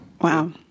wow